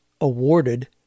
awarded